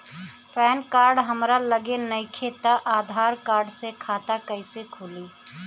Pan card हमरा लगे नईखे त आधार कार्ड से खाता कैसे खुली?